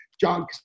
John